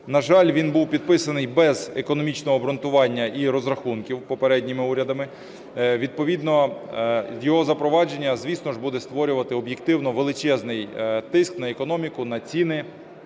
На жаль, він був підписаний без економічного обґрунтування і розрахунків попередніми урядами. Відповідно його запровадження, звісно, буде створювати об'єктивно величезний тиск на економіку, на ціни,